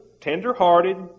tender-hearted